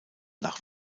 nach